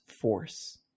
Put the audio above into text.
force